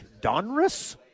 Donruss